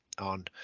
on